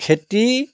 খেতি